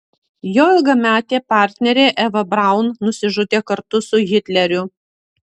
jo ilgametė partnerė eva braun nusižudė kartu su hitleriu